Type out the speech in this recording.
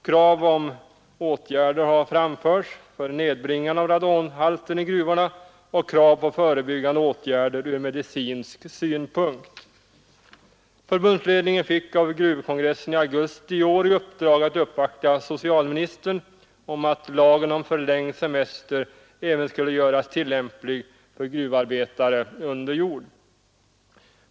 Krav har framförts om åtgärder för ett nedbringande av radonhalten i gruvorna och på förebyggande åtgärder från medicinsk synpunkt. Förbundsledningen fick av gruvkongressen i augusti i år i uppdrag att uppvakta socialministern om att lagen om förlängd semester även skulle göras tillämplig för gruvarbetare under jord.